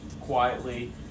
quietly